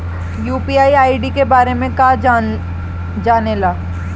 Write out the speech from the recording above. UPI ID के बारे में का जाने ल?